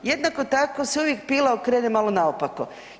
Jednako tako se uvijek pila okrene malo naopako.